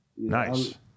Nice